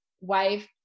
wife